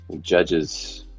Judges